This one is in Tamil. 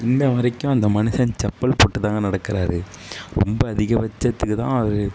இன்னை வரைக்கும் அந்த மனுசன் செப்பல் போட்டு தாங்க நடக்கிறாரு ரொம்ப அதிகபட்சத்துக்கு தான் அவரு